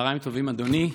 צוהריים טובים, אדוני.